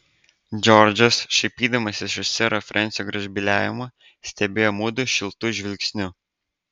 džordžas šaipydamasis iš sero frensio gražbyliavimo stebėjo mudu šiltu žvilgsniu